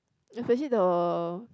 especially the